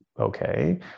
Okay